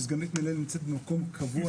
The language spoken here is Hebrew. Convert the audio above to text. שהיא סגנית מנהלת נמצאת שם תמיד במקום קבוע,